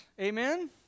Amen